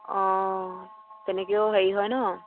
অঁ তেনেকৈও হেৰি হয় ন